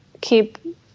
keep